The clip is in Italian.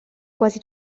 quasi